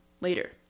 later